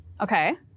Okay